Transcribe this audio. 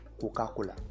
Coca-Cola